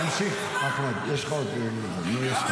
--- תמשיך, אחמד, יש לך עוד --- למה נתת